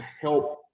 help